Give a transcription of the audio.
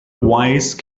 wise